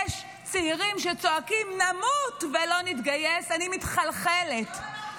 יש צעירים שצועקים: נמות ולא נתגייס, אני מתחלחלת.